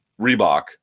Reebok